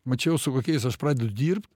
mačiau su kokiais aš pradedu dirbt